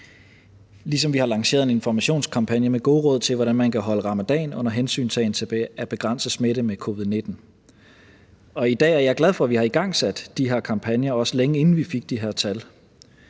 ligesom vi har lanceret en informationskampagne med gode råd til, hvordan man kan holde ramadan under hensyntagen til at begrænse smitte med covid-19. I dag er jeg glad for, at vi har igangsat de her kampagner, også længe inden vi fik de her tal.